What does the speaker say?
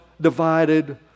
divided